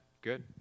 Good